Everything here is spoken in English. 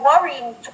worrying